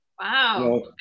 Wow